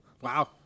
Wow